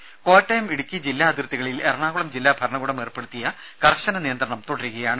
രുമ കോട്ടയം ഇടുക്കി ജില്ല അതിർത്തികളിൽ എറണാകുളം ജില്ലാ ഭരണകൂടം ഏർപ്പെടുത്തിയ കർശന നിയന്ത്രണം തുടരുകയാണ്